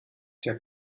der